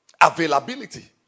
Availability